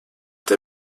der